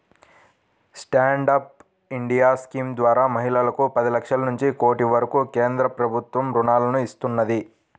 stand up India scheme ద్వారా మహిళలకు పది లక్షల నుంచి కోటి వరకు కేంద్ర ప్రభుత్వం రుణాలను ఇస్తున్నది